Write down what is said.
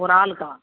ஒரு ஆளுக்கா